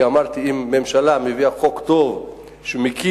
כי אמרתי: אם הממשלה מביאה חוק טוב ומקיף,